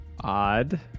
Odd